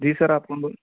جی sir آپ کون بول